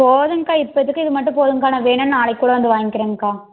போதுங்கக்கா இப்போத்திக்கு இது மட்டும் போதுங்கக்கா நான் வேணுனா நாளைக்கூட வந்து வாங்கிக்கிறங்க்கா